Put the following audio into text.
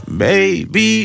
baby